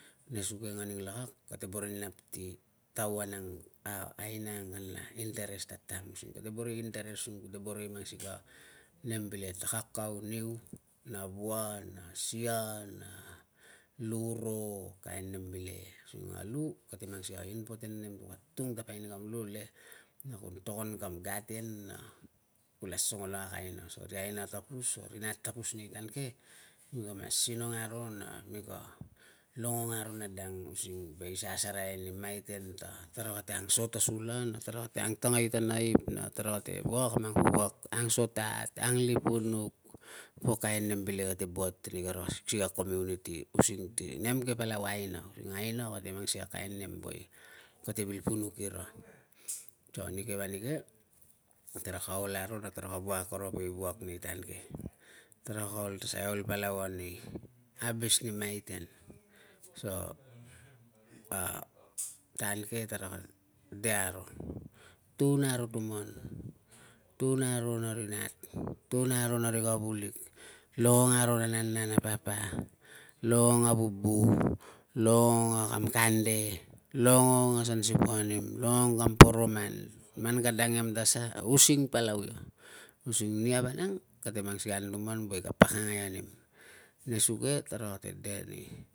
Nesuge nganing lakak ate boro i nap ti tawan ang, a aina ang kanla interest tatam using kute boro i interest, kute boro i mang sikei a nem bileke ta kakau, niu na wua na sia na lu ro kain nem bileke asuang a lu kate mang sikei a important nem. Ku atung tapai ni kam lu le ku tokon ni kam garten na kula songo alak a aina so ri aina tapus, ari nat tapus nei tan ke, mi ka mas sinong aro na mika longong aro na dang ke using vai asereai ni maiten ta tara kate angso ta sula, na tara kate ang tangai ta naip, na tara kate wak a mang wak, ang so ta iat, ang lipunuk o kain nem bileke kate buat nei kara siksikei a community, using ti nem ke palau, aina. Aina kate mang sikei a nem woe kate vil punuk nira so nike vang, nike taraka ol aro na taraka wuak akorong ri wuak nei tan ke. Taraka ol ta sai ol palau i abis ni maiten, so tan ke taraka de aro, tun aro tuman, tun aro na ri nat, tun aro na ri kavulik, longong aro na nana na papa, longong a vubu, longong a kam kande, longong a sansivaim, longong a kam poroman. Man ka dang iam ta sa, using palau ia using nia vanang kate mang sikei a anutuman woe ka pakangani nim. Nesuge tara kate de ni